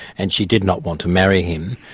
and she did not want to marry him.